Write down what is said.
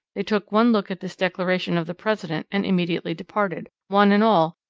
they took one look at this declaration of the president and immediately departed, one and all,